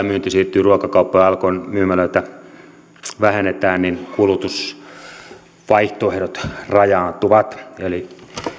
myynti siirtyy ruokakauppoihin ja alkon myymälöitä vähennetään niin kulutusvaihtoehdot rajaantuvat eli